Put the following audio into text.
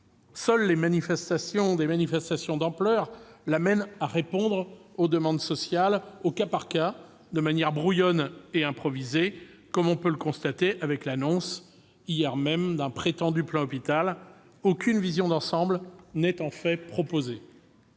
Seules des manifestations d'ampleur l'amènent à répondre aux demandes sociales au cas par cas, de manière brouillonne et improvisée, comme on a pu le constater avec l'annonce, hier même, d'un prétendu plan Hôpital. Aucune vision d'ensemble n'est en fait proposée.